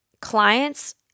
clients